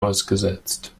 ausgesetzt